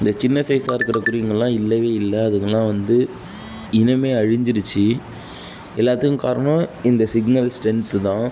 இந்த சின்ன சைஸ்ஸாக இருக்கிற குருவிங்கள்லாம் இல்லவே இல்லை அதுங்களாம் வந்து இனமே அழிஞ்சிடுத்து எல்லாத்துக்கும் காரணம் இந்த சிக்னல் ஸ்ட்ரென்த்து தான்